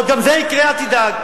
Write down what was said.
עוד גם זה יקרה, אל תדאג.